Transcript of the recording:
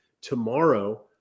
Tomorrow